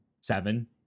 seven